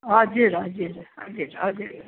हजुर हजुर हजुर हजुर